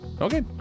Okay